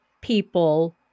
people